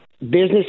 business